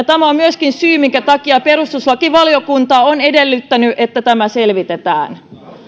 tämä on myöskin syy minkä takia perustuslakivaliokunta on edellyttänyt että tämä selvitetään